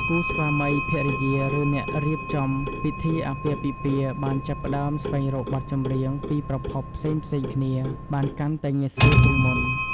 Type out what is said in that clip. គូស្វាមីភរិយា ឬអ្នករៀបចំពិធីអាពាហ៍ពិពាហ៍បានចាប់ផ្ដើមអាចស្វែងរកបទចម្រៀងពីប្រភពផ្សេងៗគ្នាបានកាន់តែងាយស្រួលជាងមុន។